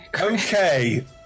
Okay